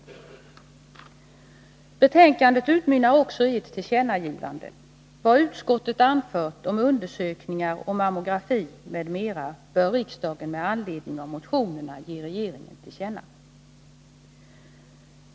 Betänkandet utmynnar också i ett tillkännagivande: Vad utskottet med anledning av motionerna anfört om undersökningar om mammografi m.m. bör riksdagen ge regeringen till känna.